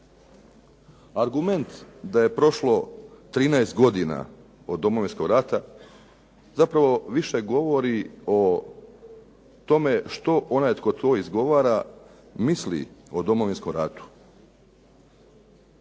Argument da je prošlo 13 godina od Domovinskog rata zapravo više govori o tome što onaj tko to izgovara misli o Domovinskom ratu.